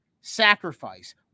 sacrifice